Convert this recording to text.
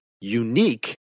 unique